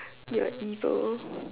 you're evil